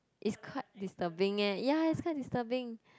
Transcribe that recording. is quite disturbing eh ya it's quite disturbing